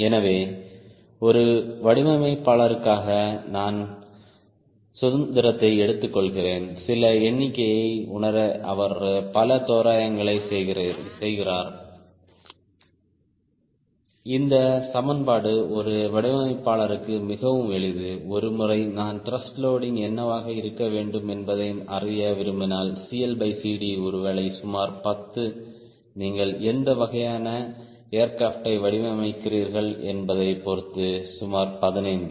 எனவே ஒரு வடிவமைப்பாளருக்காக நான் சுதந்திரத்தை எடுத்துக்கொள்கிறேன் சில எண்ணிக்கையை உணர அவர் பல தோராயங்களை செய்கிறார் இந்த சமன்பாடு ஒரு வடிவமைப்பாளருக்கு மிகவும் எளிது ஒருமுறை அவர் த்ருஷ்ட் லோடிங் என்னவாக இருக்க வேண்டும் என்பதை அறிய விரும்பினால்CLCD ஒருவேளை சுமார் 10 நீங்கள் எந்த வகையான ஏர்கிராப்ட் யை வடிவமைக்கிறீர்கள் என்பதைப் பொறுத்து சுமார் 15